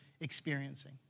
experiencing